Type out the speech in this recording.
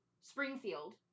Springfield